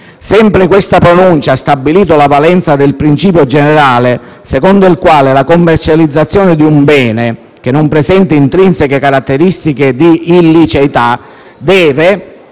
Sempre questa pronuncia ha stabilito la valenza del principio generale secondo il quale la commercializzazione di un bene che non presenti intrinseche caratteristiche di illiceità deve,